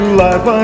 life